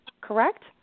correct